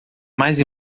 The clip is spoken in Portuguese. mais